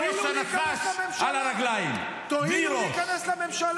ואני רוצה את ראש הנחש על הרגליים -- תואילו להיכנס לממשלה.